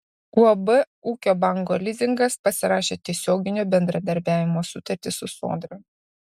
uab ūkio banko lizingas pasirašė tiesioginio bendradarbiavimo sutartį su sodra